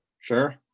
sure